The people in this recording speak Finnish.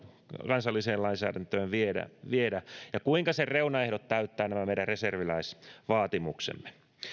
kansalliseen lainsäädäntöön viedä viedä ja kuinka sen reunaehdot täyttävät nämä meidän reserviläisvaatimuksemme